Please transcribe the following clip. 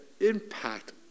impact